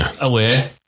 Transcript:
away